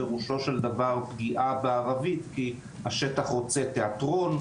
פירושו של דבר פגיעה בערבית כי השטח רוצה תיאטרון,